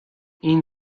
این